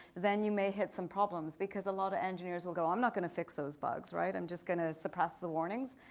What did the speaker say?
then you may hit some problems because a lot of engineers will go, i'm not going to fix those bugs. i'm just going to suppress the warnings,